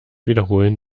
wiederholen